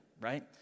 right